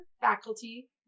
faculty